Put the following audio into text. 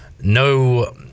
No